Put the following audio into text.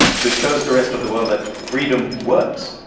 so it shows the rest of the world that freedom works.